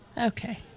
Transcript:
Okay